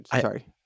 sorry